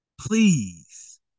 Please